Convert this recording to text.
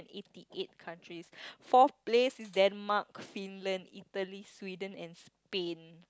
eighty eight countries fourth place is Denmark Finland Italy Sweden and Spain